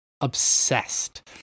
obsessed